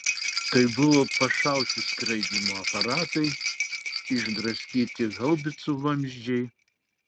tai buvo pašauti skraidymo aparatai išdraskyti haubicų vamzdžiai